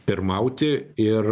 pirmauti ir